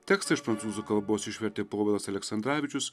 tekstą iš prancūzų kalbos išvertė povilas aleksandravičius